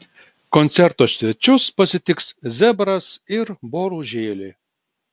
koncerto svečius pasitiks zebras ir boružėlė